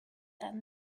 and